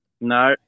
No